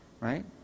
right